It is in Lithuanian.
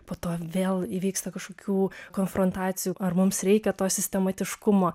po to vėl įvyksta kažkokių konfrontacijų ar mums reikia to sistematiškumo